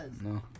no